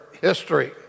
history